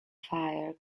fire